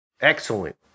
excellent